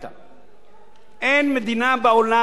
אין מדינה בעולם שמציעה דבר כזה.